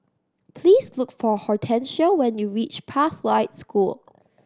please look for Hortencia when you reach Pathlight School